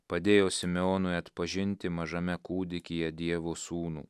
padėjo simeonui atpažinti mažame kūdikyje dievo sūnų